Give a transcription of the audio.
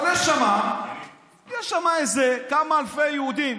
אבל יש שם איזה כמה אלפי יהודים,